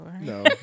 No